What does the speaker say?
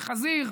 יכניס חזיר.